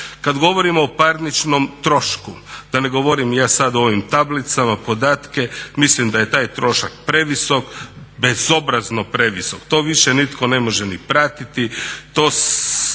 Kad govorimo o parničnom trošku, da ne govorim ja sad o ovim tablicama podatke. Mislim da je taj trošak previsok, bezobrazno previsok. To više nitko ne može ni pratiti.